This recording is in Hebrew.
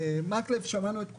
מקלב שמענו את כולם.